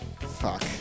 fuck